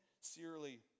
sincerely